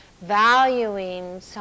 valuing